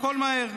הכול מהר.